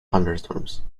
thunderstorms